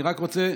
אני רק רוצה,